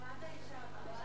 מעמד האשה.